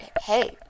hey